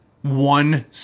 one